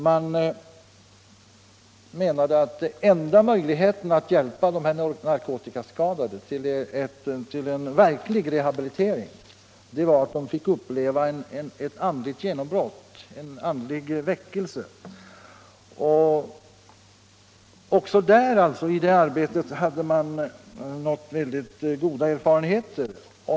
Man menade att enda möjligheten att hjälpa de narkotikaskadade till en verklig rehabilitering var att de fick uppleva ett andligt genombrott, en andlig väckelse. Också i det arbetet hade man nått goda resultat.